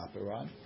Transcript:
right